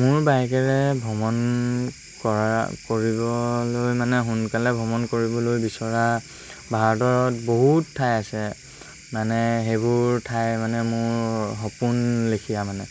মোৰ বাইকেৰে ভ্ৰমণ কৰা কৰিবলৈ মানে সোনকালে ভ্ৰমণ কৰিবলৈ বিচৰা ভাৰতত বহুত ঠাই আছে মানে সেইবোৰ ঠাই মানে মোৰ সপোন লিখীয়া মানে